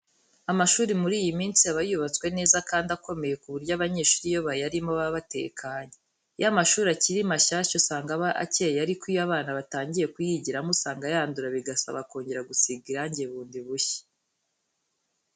Amashuri muri iyi minsi aba yubatswe neza kandi akomeye ku buryo abanyeshuri iyo bayarimo baba batekanye. Iyo amashuri akiri mashyashya usanga aba akeye ariko iyo abana batangiye kuyigiramo usanga yandura bigasaba kongera gusiga irangi bundi bushya.